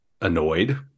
annoyed